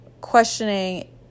questioning